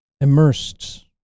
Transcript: immersed